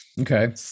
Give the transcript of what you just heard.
Okay